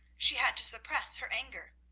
she had to suppress her anger,